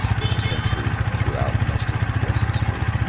which has been true throughout most of u s. history,